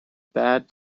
bad